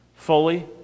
Fully